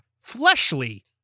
fleshly